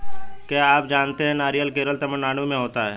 क्या आप जानते है नारियल केरल, तमिलनाडू में होता है?